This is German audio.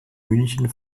münchen